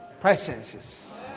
presences